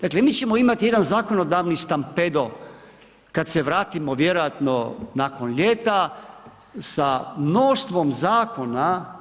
Dakle, mi ćemo imati jedan zakonodavni stampedo kad se vratimo vjerojatno nakon ljeta sa mnoštvom zakona.